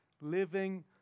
Living